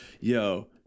Yo